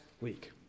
week